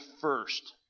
first